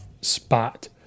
spot